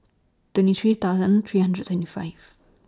twenty three thousand three hundred and twenty five